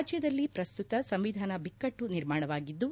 ರಾಜ್ಯದಲ್ಲಿ ಪ್ರಸ್ತುತ ಸಂವಿಧಾನ ಬಿಕ್ಕಟ್ಟು ನಿರ್ಮಾಣವಾಗಿದ್ದು